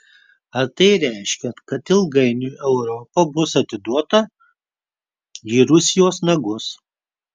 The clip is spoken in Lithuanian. ar tai reiškia kad ilgainiui europa bus atiduota į rusijos nagus